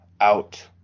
out